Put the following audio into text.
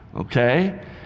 okay